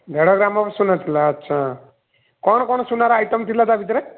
ଦେଢ଼ ଗ୍ରାମ୍ ହବ ସୁନା ଥିଲା ଆଚ୍ଛା କ'ଣ କ'ଣ ସୁନାର ଆଇଟମ୍ ଥିଲା ତା' ଭିତରେ